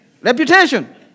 Reputation